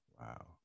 wow